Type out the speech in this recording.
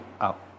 out